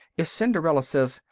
if cinderella says,